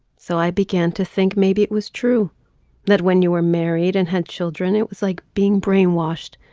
so i began to think maybe it was true that when you were married and had children it was like being brainwashed.